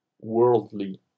worldly